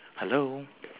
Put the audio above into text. a garden